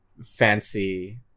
fancy